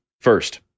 First